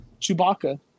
Chewbacca